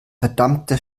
verdammte